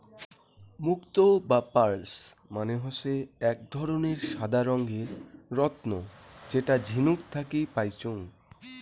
মুক্তো বা পার্লস মানে হসে আক ধরণের সাদা রঙের রত্ন যেটা ঝিনুক থাকি পাইচুঙ